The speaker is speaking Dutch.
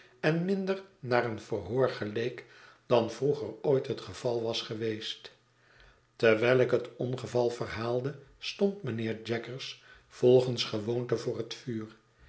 en minder naar een verhoor geleek dan vroeger ooit het geval was geweest terwijl ik het ongeval verhaalde stond mijnheer jaggers volgens gewoonte voor het vuur